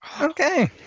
Okay